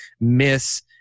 miss